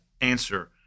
answer